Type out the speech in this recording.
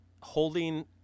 holding